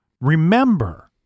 Remember